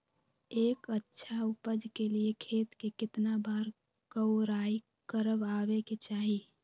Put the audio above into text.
एक अच्छा उपज के लिए खेत के केतना बार कओराई करबआबे के चाहि?